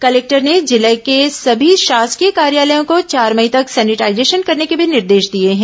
collector ने जिले के सभी शासकीय कार्यालयों को चार मई तक सेनिटाईज करने के भी निर्देश दिए हैं